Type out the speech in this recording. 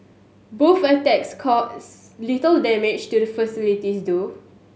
both attacks cause little damage to the facilities though